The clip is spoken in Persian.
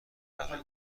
برای